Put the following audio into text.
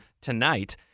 tonight